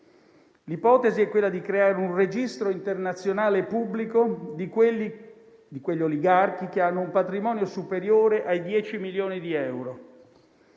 L'ipotesi è quella di creare un registro internazionale pubblico degli oligarchi che hanno un patrimonio superiore ai 10 milioni di euro.